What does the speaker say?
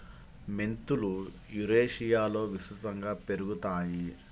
మెంతులు యురేషియాలో విస్తృతంగా పెరుగుతాయి